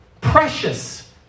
Precious